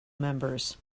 members